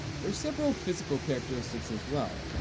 there are several physical characteristics as well,